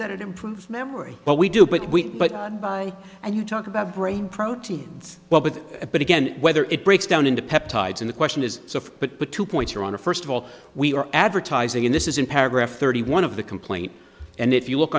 that it improves memory but we do but we but by and you talk about brain proteins well but but again whether it breaks down into peptides in the question is so but the two points are on the first of all we are advertising in this is in paragraph thirty one of the complaint and if you look